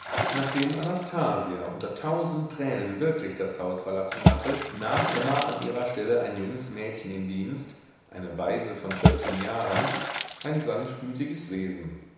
nachdem anastasia unter tausend tränen wirklich das haus verlassen hatte nahm emma an ihrer stelle ein junges mädchen in dienst eine waise von vierzehn jahren ein sanftmütiges wesen